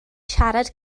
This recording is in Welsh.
siarad